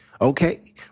okay